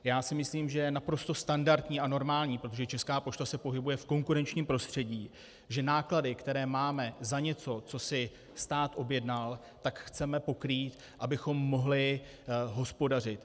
Já si myslím, že je naprosto standardní a normální, protože Česká pošta se pohybuje v konkurenčním prostředí, že náklady, které máme za něco, co si stát objednal, tak chceme pokrýt, abychom mohli hospodařit.